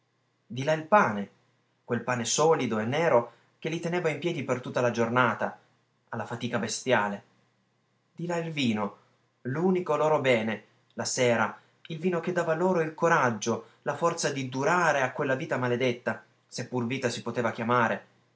di là il pane quel pane solido e nero che li teneva in piedi per tutta la giornata alla fatica bestiale di là il vino l'unico loro bene la sera il vino che dava loro il coraggio la forza di durare a quella vita maledetta se pur vita si poteva chiamare